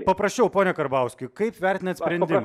paprasčiau pone karbauski kaip vertinat sprendimą